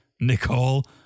Nicole